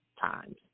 times